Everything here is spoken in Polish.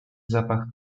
zapach